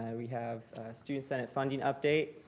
and we have student senate funding update,